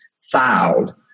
filed